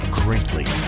greatly